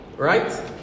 Right